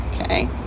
okay